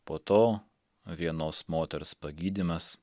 po to vienos moters pagydymas